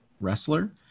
wrestler